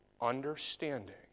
Understanding